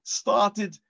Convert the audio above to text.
started